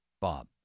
Bob